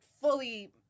fully